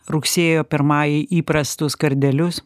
rugsėjo pirmajai įprastus kardelius